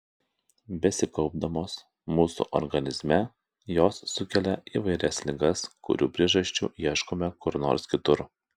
besikaupdamos mūsų organizme jos sukelia įvairias ligas kurių priežasčių ieškome kur nors kitur